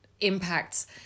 impacts